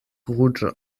ruĝa